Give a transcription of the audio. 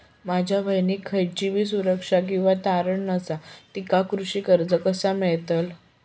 माझ्या बहिणीक खयचीबी सुरक्षा किंवा तारण नसा तिका कृषी कर्ज कसा मेळतल?